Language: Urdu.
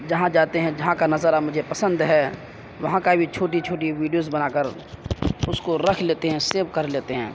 جہاں جاتے ہیں جہاں کا نظارہ مجھے پسند ہے وہاں کا بھی چھوٹی چھوٹی ویڈیوز بنا کر اس کو رکھ لیتے ہیں سیو کر لیتے ہیں